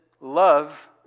love